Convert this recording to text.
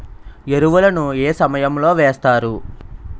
ఎరువుల ను ఏ సమయం లో వేస్తారు?